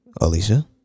alicia